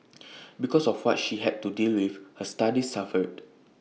because of what she had to deal with her studies suffered